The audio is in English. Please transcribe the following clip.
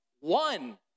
one